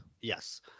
Yes